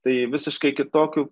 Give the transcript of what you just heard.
tai visiškai kitokiu